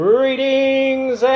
Greetings